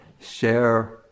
share